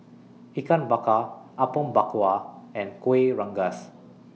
Ikan Bakar Apom Berkuah and Kuih Rengas